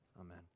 Amen